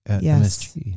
Yes